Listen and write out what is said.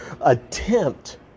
attempt